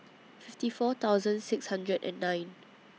fifty four thousand six hundred and nine